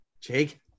Jake